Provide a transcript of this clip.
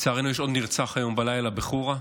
לצערנו יש עוד נרצח היום בלילה, בחורה,